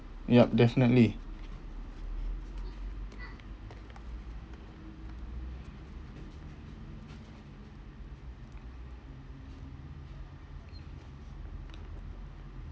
yup definitely